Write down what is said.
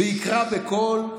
ויקרא בקול: